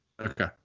okay